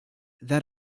that